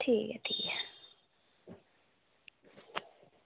ठीक ऐ ठीक ऐ